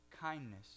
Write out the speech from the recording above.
kindness